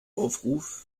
aufruf